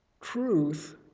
truth